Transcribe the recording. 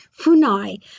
funai